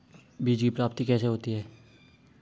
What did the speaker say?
बीज की प्राप्ति कैसे होती है?